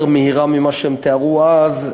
הרבה יותר מהר ממה שהם תיארו אז,